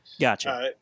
Gotcha